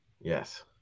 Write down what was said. Yes